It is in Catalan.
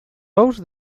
ous